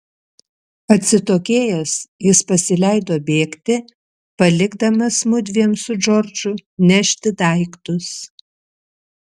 atsitokėjęs jis pasileido bėgti palikdamas mudviem su džordžu nešti daiktus